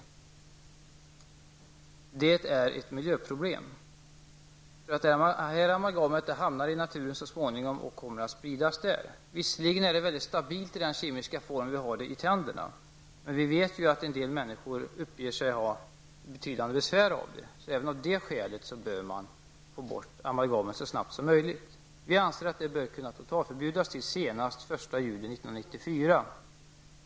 Amalgamet är ett miljöproblem. Amalgamet hamnar så småningom i naturen och kommer att sprida där. Visserligen är amalgamet mycket stabilt i den kemiska form i vilket det används i tänderna, men vi vet att en del människor får betydande besvär av amalgamet. Redan av det skälet bör man få bort amalgamet så snabbt som möjligt. Vi anser att det bör kunna totalförbjudas senast den 1 juli 1994.